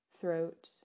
throat